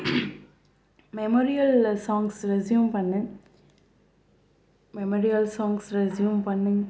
மெமோரியலில் songs resume பண்ணு memorial songs resume பண்ணு